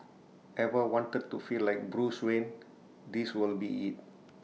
ever wanted to feel like Bruce Wayne this will be IT